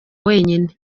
wenyine